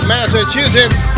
Massachusetts